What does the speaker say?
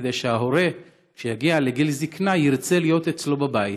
כדי שההורה שיגיע לגיל זקנה ירצה להיות אצלו בבית.